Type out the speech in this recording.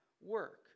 work